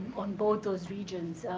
on both those regions,